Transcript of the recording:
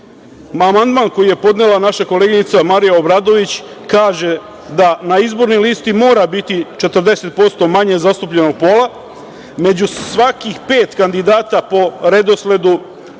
suštinu. Amandman koji je podnela naša koleginica Marija Obradović kaže da na izbornoj listi mora biti 40% manje zastupljenog pola, među svakih pet kandidata po redosledu